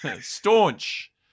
Staunch